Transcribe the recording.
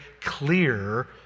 clear